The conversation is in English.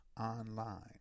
online